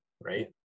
right